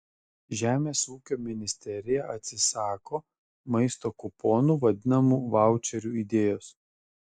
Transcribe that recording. žemės ūkio ministerija atsisako maisto kuponų vadinamų vaučerių idėjos